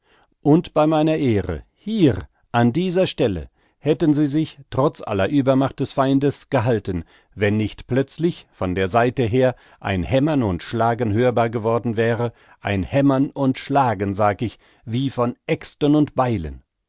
und bei meiner ehre hier an dieser stelle hätten sie sich trotz aller übermacht des feindes gehalten wenn nicht plötzlich von der seite her ein hämmern und schlagen hörbar geworden wäre ein hämmern und schlagen sag ich wie von äxten und beilen